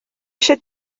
eisiau